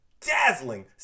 dazzling